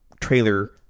trailer